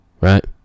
right